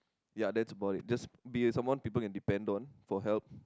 ya that's about it just be someone people can depend on for help